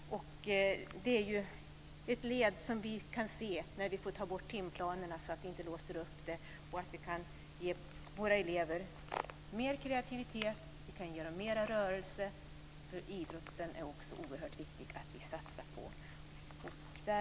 Det är ett led som vi kan se när vi får ta bort timplanerna som låser upp det hela. Idrotten är också oerhört viktig att satsa på.